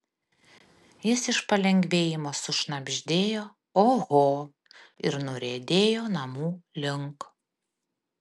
jis iš palengvėjimo sušnabždėjo oho ir nuriedėjo namų link